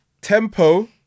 Tempo